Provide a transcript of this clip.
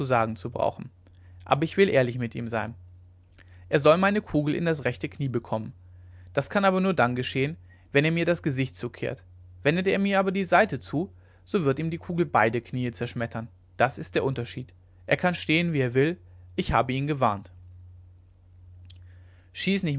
sagen zu brauchen aber ich will ehrlich mit ihm sein er soll meine kugel in das rechte knie bekommen das kann aber nur dann geschehen wenn er mir das gesicht zukehrt wendet er mir aber die seite zu so wird ihm die kugel beide kniee zerschmettern das ist der unterschied er kann stehen wie er will ich habe ihn gewarnt schieß